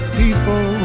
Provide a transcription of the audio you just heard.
people